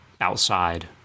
outside